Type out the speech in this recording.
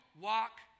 walk